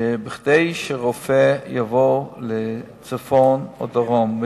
שכדי שרופא יבוא לצפון או לדרום,